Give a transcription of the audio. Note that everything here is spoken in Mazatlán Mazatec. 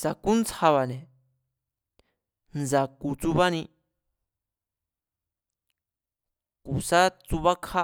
Sa̱kúntsjaba̱ne̱, ndsa̱ku̱ tsubáni, ku̱ sá tsubákjá,